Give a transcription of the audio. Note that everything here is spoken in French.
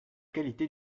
qualité